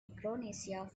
micronesia